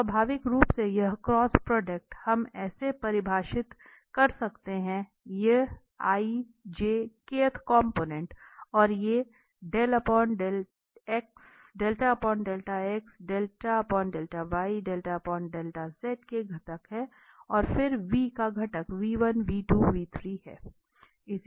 और स्वाभाविक रूप से यह क्रॉस प्रोडक्ट हम ऐसा परिभाषित कर सकते हैं ये और ये के घटक हैं और फिर का घटक है